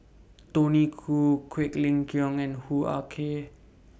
Tony Khoo Quek Ling Kiong and Hoo Ah Kay